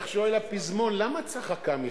איך שואל הפזמון, למה צחקה מיכל?